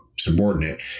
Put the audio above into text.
Subordinate